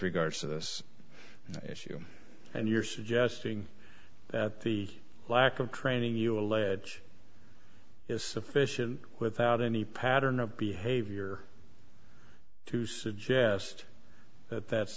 regards to this issue and you're suggesting that the lack of training you allege is sufficient without any pattern of behavior to suggest that